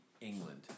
England